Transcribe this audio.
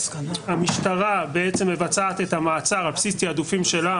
המשטרה בעצם מבצעת את המעצר על בסיס תיעדופים שלה,